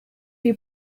you